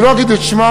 אני לא אגיד את שמה.